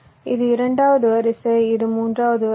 இது இரண்டாவது வரிசை இது மூன்றாவது வரிசை